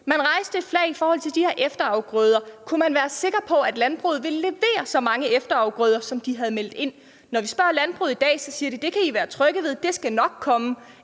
Man rejste et flag i forbindelse med de her efterafgrøder med hensyn til, om man kunne være sikker på, at landbruget ville levere så mange efterafgrøder, som de havde meldt ind. Når vi spørger landbruget i dag, siger de: Det kan I være trygge ved; det skal nok komme.